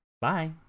Bye